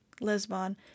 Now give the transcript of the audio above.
Lisbon